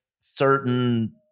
certain